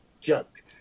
joke